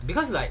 because like